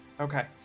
Okay